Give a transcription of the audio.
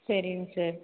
சரிங்க சார்